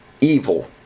evil